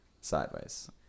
Sideways